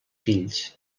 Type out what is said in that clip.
fills